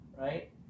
right